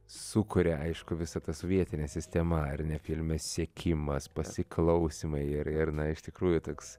sukuria aišku visa ta sovietinė sistema ar ne filme sekimas pasiklausymai ir ir na iš tikrųjų toks